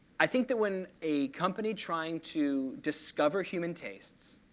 i think that when a company, trying to discover human tastes,